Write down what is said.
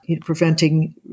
preventing